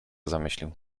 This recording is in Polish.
zamyślił